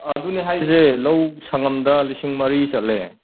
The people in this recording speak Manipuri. ꯑꯗꯨꯅꯦ ꯍꯥꯏꯖꯦ ꯂꯧ ꯁꯉꯝꯗ ꯂꯤꯁꯤꯡ ꯃꯔꯤ ꯆꯠꯂꯦ